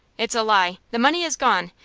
it's a lie! the money is gone,